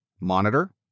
monitor